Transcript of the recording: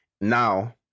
now